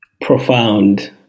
profound